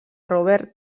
robert